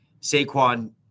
Saquon